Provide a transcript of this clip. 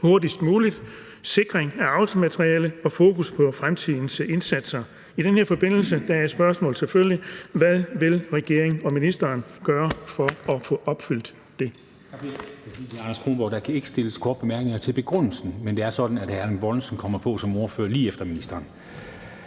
hurtigst muligt, en sikring af avlsmateriale og fokus på fremtidens indsatser. I den forbindelse er spørgsmålet selvfølgelig: Hvad vil regeringen og ministeren gøre for at få opfyldt det?